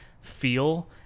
feel